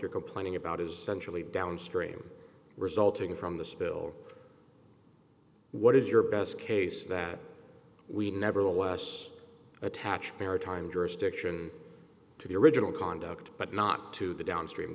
you're complaining about is centrally downstream resulting from the spill what is your best case that we nevertheless attach maritime jurisdiction to the original conduct but not to the downstream